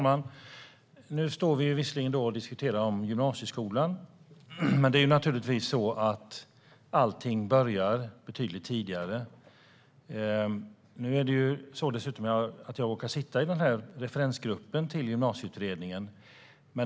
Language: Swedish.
Fru talman! Nu diskuterar vi visserligen gymnasieskolan, men allting börjar naturligtvis betydligt tidigare. Det är dessutom så att jag råkar sitta i Gymnasieutredningens referensgrupp.